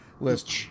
list